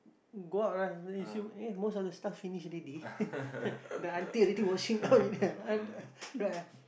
go out lah you see eh most of the stuff finish already the auntie already washing up already